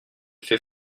fait